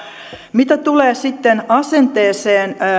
mitä tulee asenteeseen